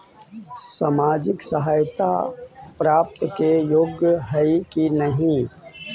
सामाजिक सहायता प्राप्त के योग्य हई कि नहीं?